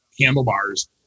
handlebars